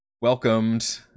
welcomed